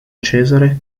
cesare